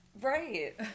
Right